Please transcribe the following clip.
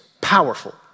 powerful